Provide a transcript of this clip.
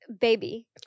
baby